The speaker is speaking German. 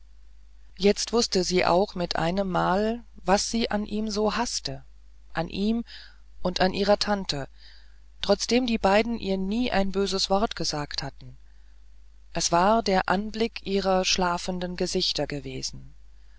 jetzt wußte sie auch mit einemmal was sie so an ihm haßte an ihm und an ihrer tante trotzdem die beiden ihr nie ein böses wort gesagt hatten es war der anblick ihrer schlafenden gesichter gewesen